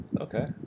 Okay